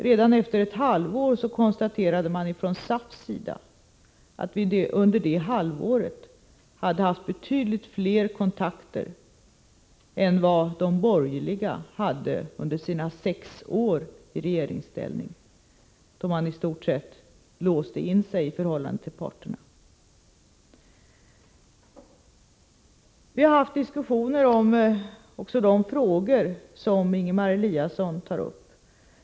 Redan efter ett halvår konstaterade SAF att vi under det halvåret haft betydligt fler kontakter än vad de borgerliga hade under sina sex år i regeringsställning, då regeringen i stort sett låste in sig i förhållande till parterna på arbetsmarknaden. Vi har haft diskussioner också om de frågor som Ingemar Eliasson tar upp.